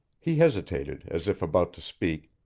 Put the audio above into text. he hesitated, as if about to speak,